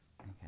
Okay